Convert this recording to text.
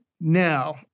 now